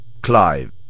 Clive